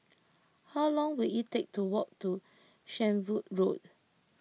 how long will it take to walk to Shenvood Road